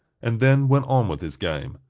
and then went on with his game,